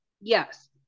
Yes